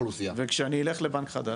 וכשאני אלך לבנק חדש?